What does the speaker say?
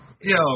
Yo